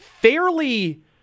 fairly